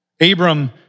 Abram